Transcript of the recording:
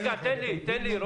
רגע, תן לי, תן לי.